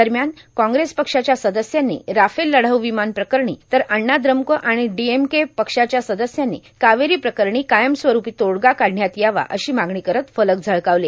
दरम्यान काँग्रेस पक्षाच्या सदस्यांनी राफेल लढाऊ विमान प्रकरणी तर अण्णा द्रम्क आर्ाण डीएमके पक्षाच्या सदस्यांनी कावेरां प्रकरणी कायमस्वरूपी तोडगा काढण्यात यावा अशी मागणी करत फलक झळकावलं